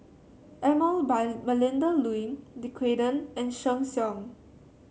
Emel by Melinda Looi Dequadin and Sheng Siong